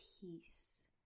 peace